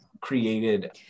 created